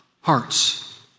hearts